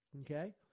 Okay